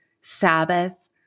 Sabbath